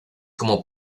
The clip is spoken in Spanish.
como